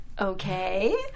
Okay